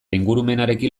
ingurumenarekin